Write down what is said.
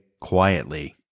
quietly